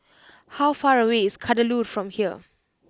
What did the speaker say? how far away is Kadaloor from here